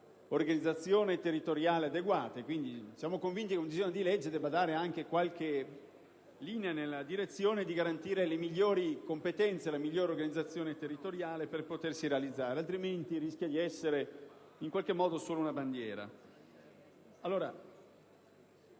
un'organizzazione territoriale adeguata. Siamo quindi convinti che un disegno di legge debba dare qualche linea nella direzione di garantire le migliori competenze e la migliore organizzazione territoriale per potersi realizzare; altrimenti rischia di essere in qualche modo solo una bandiera.